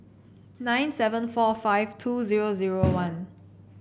nine seven four five two zero zero one